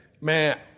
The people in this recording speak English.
man